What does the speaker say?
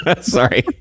sorry